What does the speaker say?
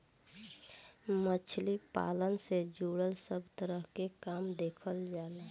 मछली पालन से जुड़ल सब तरह के काम देखल जाला